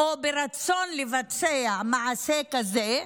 או ברצון לבצע מעשה כזה,